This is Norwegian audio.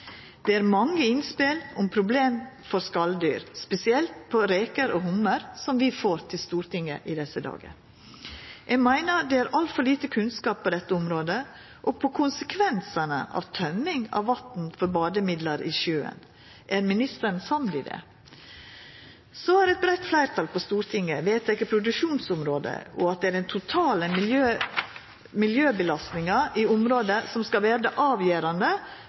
Det er mange innspel om problem for skaldyr, spesielt for reker og hummar, som vi får til Stortinget i desse dagar. Eg meiner det er altfor lite kunnskap på dette området og på konsekvensane av tømming av vatn med bademiddel i sjøen. Er ministeren samd i det? Eit breitt fleirtal på Stortinget har vedteke produksjonsområde og at den totale miljøbelastninga i området skal vera avgjerande